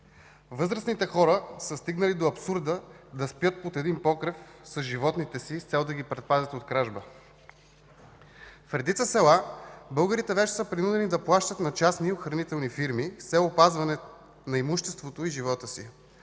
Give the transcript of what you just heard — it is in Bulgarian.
Възрастните хора са стигнали до абсурда да спят под един покрив с животните си, с цел да ги предпазят от кражба. В редица села българите вече са принудени да плащат на частни охранителни фирми с цел опазване на имуществото и живота си.